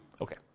Okay